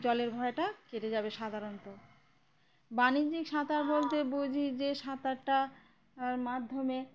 জলের ভয়টা কেটে যাবে সাধারণত বাণিজ্যিক সাঁতার বলতে বুঝি যে সাঁতারটার মাধ্যমে